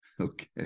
Okay